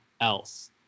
else